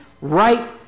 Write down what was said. right